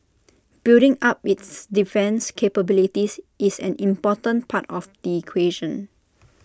building up its defence capabilities is an important part of the equation